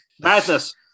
Madness